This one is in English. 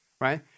right